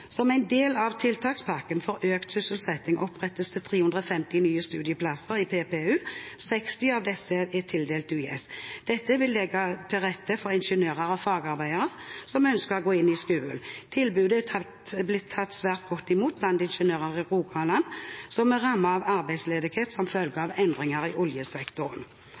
Som en del av tiltakspakken for økt sysselsetting opprettes det 350 nye studieplasser i PPU. 60 av disse er tildelt UiS. Dette vil legge til rette for ingeniører og fagarbeidere som ønsker å gå inn i skolen. Tilbudet er blitt tatt svært godt imot blant ingeniører i Rogaland, som er rammet av arbeidsledighet som følge av endringer i oljesektoren.